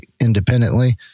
independently